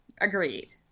Agreed